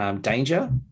danger